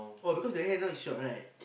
oh because the hair now is short right